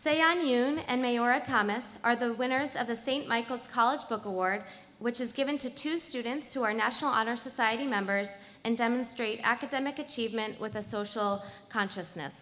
say on you and me or a thomas are the winners of the st michael's college book award which is given to two students who are national honor society members and demonstrate academic achievement with a social consciousness